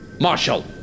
Marshall